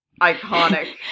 iconic